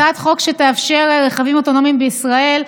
זאת הצעת חוק שתאפשר רכבים אוטונומיים בישראל,